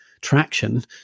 traction